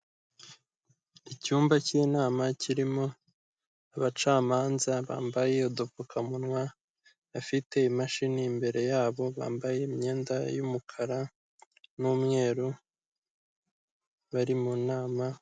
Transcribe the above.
Icyumba cy'inama kirimo abacamanza bambaye udupfukamunwa, bafite imashini imbere yabo, bambaye imyenda y'umukara n'umweru, bari mu nama.